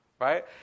Right